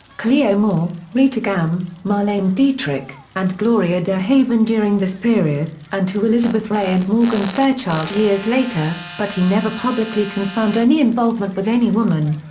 cleo moore, rita gam, marlene dietrich, and gloria dehaven during this period, and to elizabeth ray and morgan fairchild years later, but he never publicly confirmed any involvement with any woman.